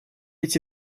эти